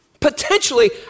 Potentially